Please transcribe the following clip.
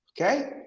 Okay